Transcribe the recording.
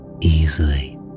easily